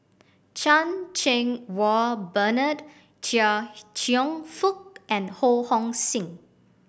Chan Cheng Wah Bernard Chia Cheong Fook and Ho Hong Sing